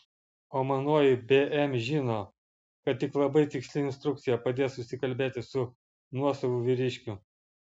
o manoji bm žino kad tik labai tiksli instrukcija padės susikalbėti su nuosavu vyriškiu